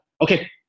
okay